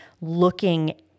looking